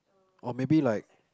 orh maybe like